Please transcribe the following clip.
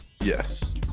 yes